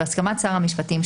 בהסכמת שר המשפטים,